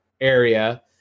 area